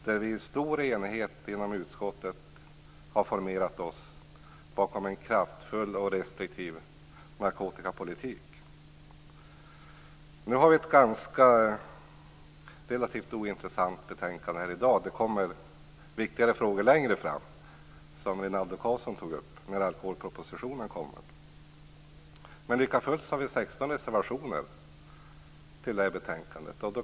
Där har vi i stor enighet inom utskottet formerat oss bakom en kraftfull och restriktiv narkotikapolitik. Nu har vi ett relativt ointressant betänkande här i dag. Det kommer viktigare frågor längre fram, som Rinaldo Karlsson berörde, när alkoholpropositionen läggs fram. Men likafullt har vi 16 reservationer till betänkandet.